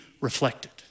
reflected